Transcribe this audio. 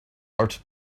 art